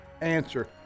answer